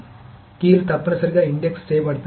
కాబట్టి కీలు తప్పనిసరిగా ఇండెక్స్ చేయబడతాయి